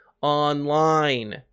online